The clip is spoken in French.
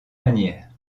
manière